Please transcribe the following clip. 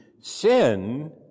sin